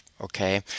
okay